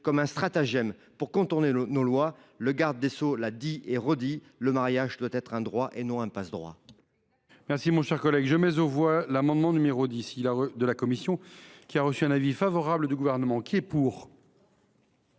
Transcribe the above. comme un stratagème pour contourner nos lois. Le garde des sceaux l’a dit et redit : le mariage doit être un droit et non un passe droit